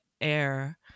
air